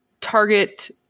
target